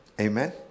Amen